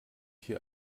hier